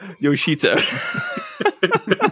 Yoshito